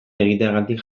egiteagatik